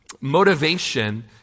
motivation